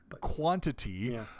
quantity